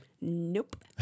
nope